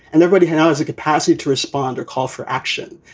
and anybody has the capacity to respond or call for action.